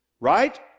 right